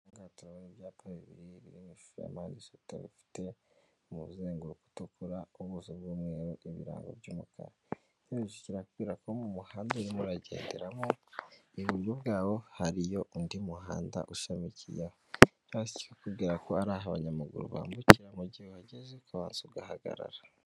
Towe ibyapa bibiri birimo ishusho yamarisota bifite umuzenguruko utukura ubuso bw'umweru ibirango by'umukaraje kirapira ko mu muhandarimo uragenderamo iburyo bwawo hariyo undi muhanda ushamikiye hasi kugera kwa ari abanyamaguru bambukira mugihe wageze ukaza ugahagarara.